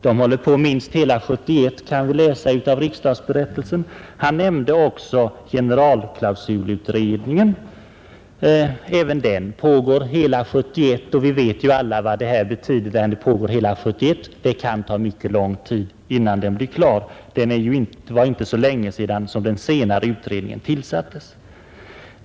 De håller på minst hela 1971, kan vi läsa i riksdagsberättelsen. Han nämnde också generalklausulutredningen. Även den pågår hela 1971. Vi vet alla vad det betyder — det kan ta mycket lång tid innan den blir klar. Det var inte heller så länge sedan den senare utredningen tillsattes.